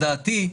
תכה.